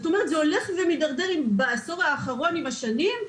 זה הולך ומתדרדר בעשור האחרון, עם השנים.